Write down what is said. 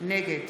נגד